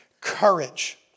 courage